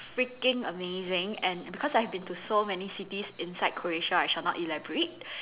freaking amazing and because I've been to so many cities inside Croatia I shall not elaborate